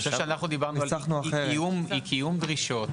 אני חושב שאנחנו דיברנו על אי-קיום דרישות,